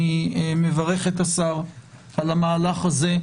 אני מברך את השר על המהלך הזה,